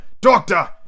doctor